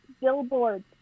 billboards